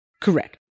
Correct